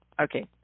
okay